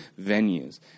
venues